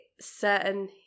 certain